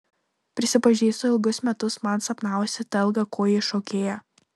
prisipažįstu ilgus metus man sapnavosi ta ilgakojė šokėja